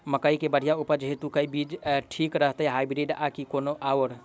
मकई केँ बढ़िया उपज हेतु केँ बीज ठीक रहतै, हाइब्रिड आ की कोनो आओर?